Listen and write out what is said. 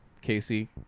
Casey